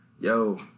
Yo